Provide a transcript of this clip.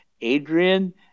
Adrian